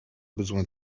besoin